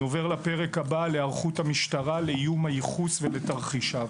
אני עובר לפרק הבא: היערכות המשטרה לאיום הייחוס ולתרחישיו.